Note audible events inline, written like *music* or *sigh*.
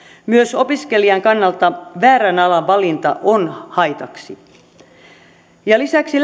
myös opiskelijan kannalta väärän alan valinta on haitaksi lisäksi *unintelligible*